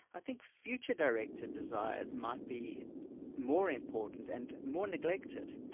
i think future-directed desires might be more important and more neglected.